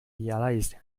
realize